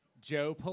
Joe